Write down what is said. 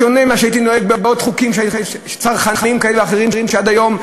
בשונה ממה שהייתי נוהג בחוקים צרכניים כאלה ואחרים עד היום,